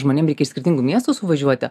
žmonėm reikia iš skirtingų miestų suvažiuoti